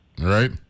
right